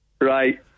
right